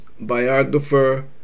biographer